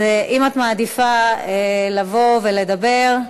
אז אם את מעדיפה לבוא ולדבר,